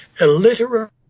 illiterate